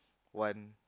one